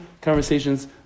conversations